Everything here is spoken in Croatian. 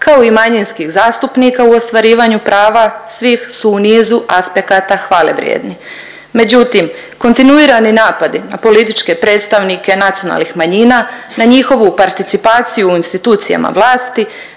kao i manjinskih zastupnika u ostvarivanju prava svi su u nizu aspekata hvale vrijedni. Međutim, kontinuirani napadi na političke predstavnike nacionalnih manjina, na njihovu participaciju u institucijama vlasti,